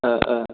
ओ ओ